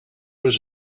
was